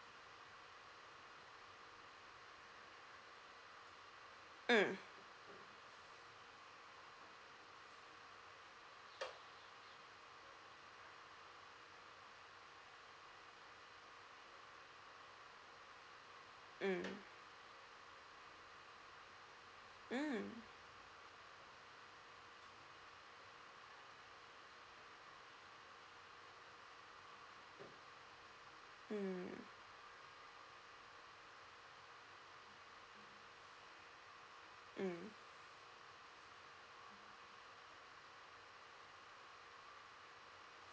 mm mm mm mm mm